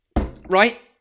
Right